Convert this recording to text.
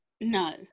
No